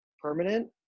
Permanent